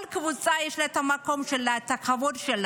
כל קבוצה, יש לה את המקום שלה, את הכבוד שלה,